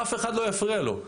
אף אחד לא יפריע לו.